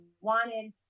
wanted